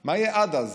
מה יהיה עד אז?